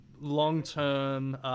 long-term